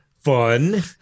fun